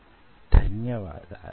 మీకు నా ధన్యవాదాలు